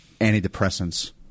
antidepressants